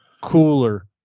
cooler